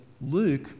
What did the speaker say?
Luke